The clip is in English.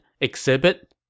exhibit